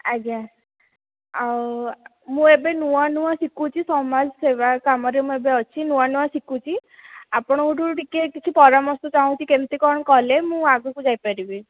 ଆଜ୍ଞା ଆଉ ମୁଁ ଏବେ ନୂଆ ନୂଆ ଶିଖୁଛି ସମାଜ ସେବା କାମରେ ମଧ୍ୟ ଅଛି ନୂଆ ନୂଆ ଶିଖୁଛି ଆପଣଙ୍କଠୁ ଟିକିଏ ପରାମର୍ଶ ଚାହୁଁଛି କେମିତି କ'ଣ କଲେ ମୁଁ ଆଗକୁ ଯାଇପାରିବି